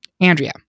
Andrea